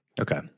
Okay